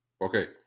Okay